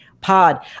pod